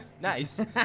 Nice